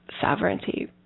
sovereignty